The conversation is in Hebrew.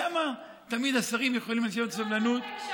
למה תמיד השרים יכולים לשבת בסבלנות?